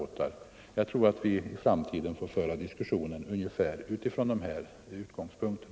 Jag tror att vi i framtiden får föra diskussionen utifrån dessa utgångspunkter.